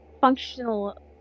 functional